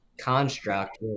construct